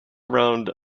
around